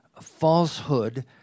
falsehood